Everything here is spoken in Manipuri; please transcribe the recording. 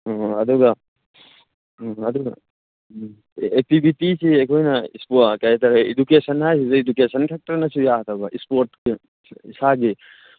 ꯑꯗꯨꯒ ꯑꯗꯨꯒ ꯑꯦꯛꯇꯤꯚꯤꯁꯦ ꯑꯩꯈꯣꯏꯅ ꯏꯁꯄꯣꯔꯠ ꯀꯔꯤꯍꯥꯏꯇꯥꯔꯦ ꯏꯗꯨꯀꯦꯁꯟ ꯍꯥꯏꯁꯤꯗ ꯏꯗꯨꯀꯦꯁꯟ ꯈꯛꯇꯅꯁꯨ ꯌꯥꯗꯕ ꯏꯁꯄꯣꯔꯠ ꯏꯁꯥꯒꯤ